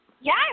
Yes